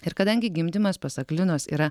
ir kadangi gimdymas pasak linos yra